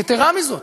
יתרה מזו,